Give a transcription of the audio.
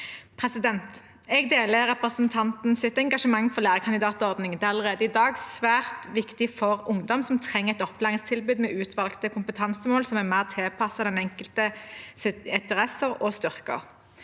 Jeg deler representantens engasjement for lærekandidatordningen. Den er allerede i dag svært viktig for ungdom som trenger et opplæringstilbud med utvalgte kompetansemål som er mer tilpasset den enkeltes interesser og styrker.